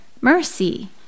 mercy